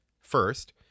First